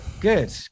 Good